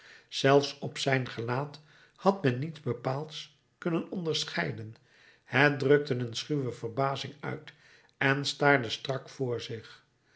zelfs op zijn gelaat had men niets bepaalds kunnen onderscheiden het drukte een schuwe verbazing uit en staarde strak voor zich